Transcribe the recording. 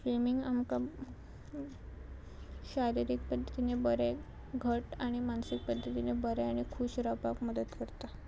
swimming आमकां शारिरीक पद्दतीन बरें घट आनी मानसीक पद्दतीन बरें आनी खूश रावपाक मदत करता